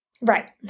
right